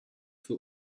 für